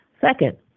Second